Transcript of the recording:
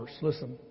listen